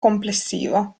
complessivo